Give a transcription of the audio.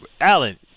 Alan